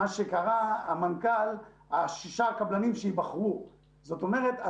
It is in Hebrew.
זאת אומרת,